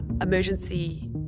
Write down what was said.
emergency